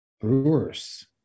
Brewers